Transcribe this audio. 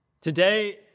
Today